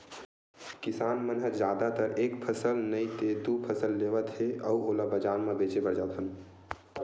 किसान मन ह जादातर एक फसल नइ ते दू फसल लेवत हे अउ ओला बजार म बेचे बर जाथन